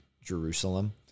Jerusalem